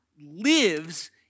lives